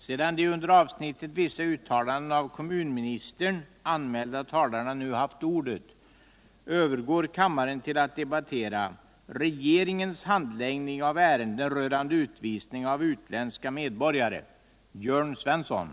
Sedan de under avsnittet Beslut om devalvering 1977 anmälda talarna nu haft ordet övergår kammaren till att debattera Regeringens handläggning av frågor med anknytning till de s.k. SAS-frikorten.